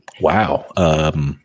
Wow